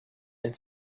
and